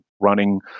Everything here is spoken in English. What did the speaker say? running